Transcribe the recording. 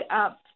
up